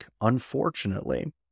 unfortunately